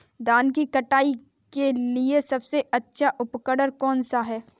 धान की कटाई के लिए सबसे अच्छा उपकरण कौन सा है?